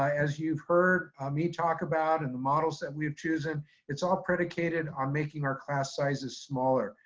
as you've heard me talk about and the models that we've chosen, it's all predicated on making our class sizes smaller.